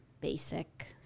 basic